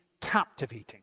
captivating